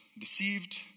deceived